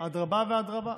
אדרבה ואדרבה.